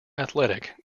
athletic